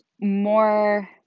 more